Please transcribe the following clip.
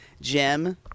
Jim